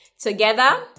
Together